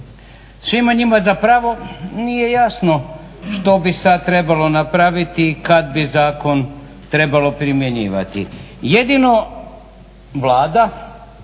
Svima njima zapravo nije jasno što bi sad trebalo napraviti kad bi zakon trebalo primjenjivati. Jedino Vlada,